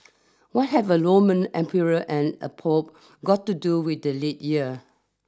what have a Roman emperor and a Pope got to do with the leap year